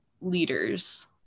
leaders